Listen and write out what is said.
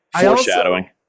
Foreshadowing